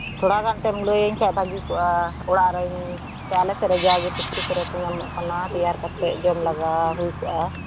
ᱛᱷᱚᱲᱟ ᱜᱟᱱ ᱮᱱᱛᱮᱫ ᱮᱢ ᱞᱟᱹᱭᱟᱹᱧ ᱠᱷᱟᱱ ᱵᱷᱟᱹᱜᱤ ᱠᱚᱜᱼᱟ ᱚᱲᱟᱜ ᱨᱮᱧ ᱟᱞᱮ ᱥᱮᱫ ᱨᱮ ᱡᱟᱜᱮ ᱯᱩᱠᱷᱨᱤ ᱠᱚᱨᱮ ᱠᱚ ᱧᱟᱢᱚᱜ ᱠᱟᱱᱟ ᱛᱮᱭᱟᱨ ᱠᱟᱛᱮᱫ ᱡᱚᱢ ᱞᱮᱜᱟ ᱦᱩᱭ ᱠᱚᱜᱼᱟ